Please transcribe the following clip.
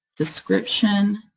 description,